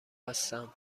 هستم